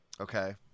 Okay